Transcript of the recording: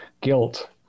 guilt